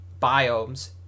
biomes